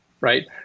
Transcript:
right